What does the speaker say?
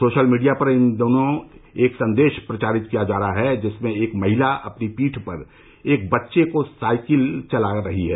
social media पर इन दिनों एक संदेश प्रचारित किया जा रहा है जिसमें एक महिला अपनी पीठ पर एक बच्चे को लिए साईकल चला रही है